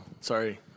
Sorry